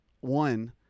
one